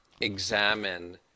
examine